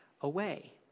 away